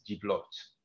developed